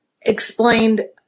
explained